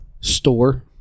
store